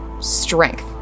strength